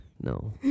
No